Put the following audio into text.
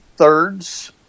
thirds